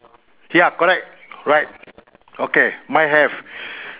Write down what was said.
ya correct right okay mine have